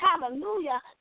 hallelujah